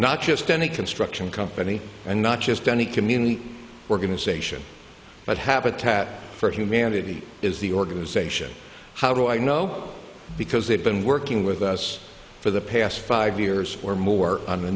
not just any construction company and not just any community organization but habitat for humanity is the organization how do i know because they've been working with us for the past five years or more